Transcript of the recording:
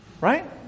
right